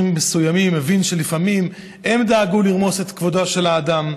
מסוימים הבין שלפעמים הם דאגו לרמוס את כבודו של האדם.